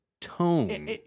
tone